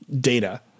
data